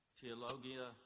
Theologia